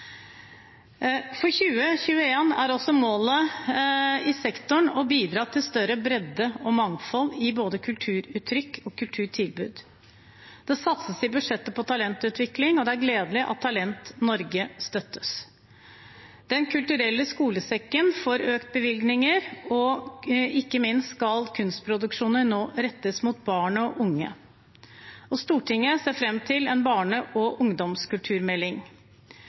For 2021 er målet i sektoren også å bidra til større bredde og mangfold i både kulturuttrykk og kulturtilbud. Det satses i budsjettet på talentutvikling, og det er gledelig at Talent Norge støttes. Den kulturelle skolesekken får økte bevilgninger, og ikke minst skal kunstproduksjoner nå rettes mot barn og unge. Stortinget ser fram til en barne- og ungdomskulturmelding.